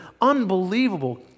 unbelievable